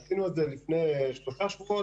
עשינו את זה לפני שלושה שבועות,